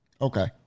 Okay